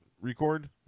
record